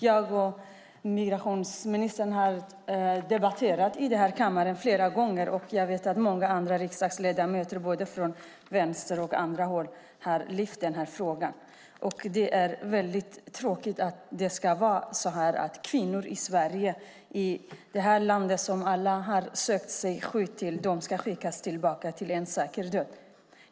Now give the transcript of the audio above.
Jag och migrationsministern har debatterat i den här kammaren flera gånger, och jag vet att många andra riksdagsledamöter både från Vänstern och från andra håll har lyft den här frågan. Det är väldigt tråkigt att det ska vara så att kvinnor som har sökt sig till Sverige för att få skydd ska skickas tillbaka till en säker död.